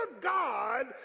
God